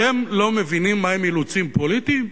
אתם לא מבינים מהם אילוצים פוליטיים?